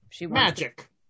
Magic